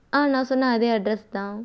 ஆ நான் சொன்ன அதே அட்ரெஸ் தான்